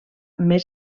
més